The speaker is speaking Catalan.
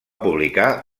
publicar